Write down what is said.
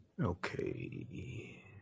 Okay